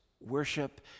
worship